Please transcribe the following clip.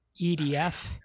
EDF